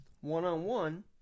one-on-one